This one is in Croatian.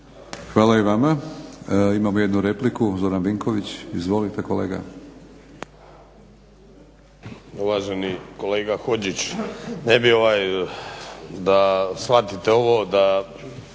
Hvala i vama. Imamo jednu repliku Zoran Vinković. Izvolite.